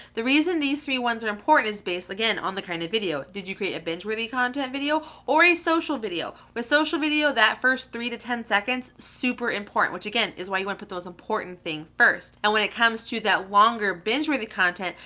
the reason these three ones are important is based, again on the kind of video. did you create a binge worthy content video? or a social video? with a social video, that first three to ten seconds super important, which again is why you want to put those important things first. and when it comes to that longer binge worthy content,